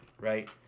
right